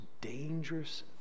dangerous